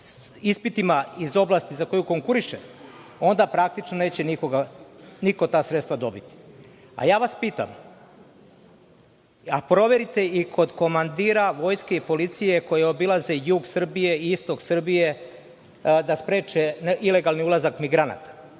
ispitima iz oblasti za koju konkuriše, onda praktično neće niko ta sredstva dobiti. Pitam vas da proverite kod komandira Vojske i policije, koji obilaze jug i istok Srbije da spreče ilegalni ulazak migranata.